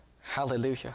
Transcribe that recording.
hallelujah